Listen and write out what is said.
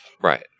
Right